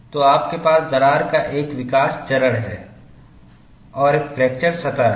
तो आपके पास दरार का एक विकास चरण है और एक फ्रैक्चर सतह है